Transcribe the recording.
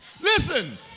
Listen